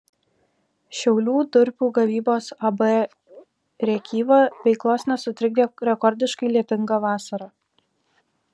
šiaulių durpių gavybos ab rėkyva veiklos nesutrikdė rekordiškai lietinga vasara